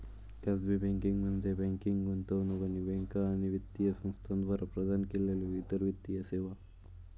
खाजगी बँकिंग म्हणजे बँकिंग, गुंतवणूक आणि बँका आणि वित्तीय संस्थांद्वारा प्रदान केलेल्यो इतर वित्तीय सेवा